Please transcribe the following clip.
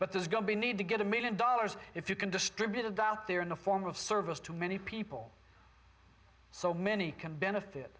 but there's going to be need to get a million dollars if you can distributed out there in the form of service to many people so many can benefit